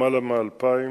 למעלה מ-2,000,